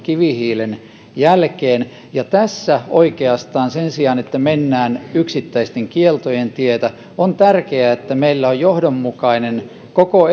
kivihiilen jälkeen tässä oikeastaan sen sijaan että mennään yksittäisten kieltojen tietä on tärkeää että meillä on johdonmukainen koko